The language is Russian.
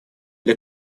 для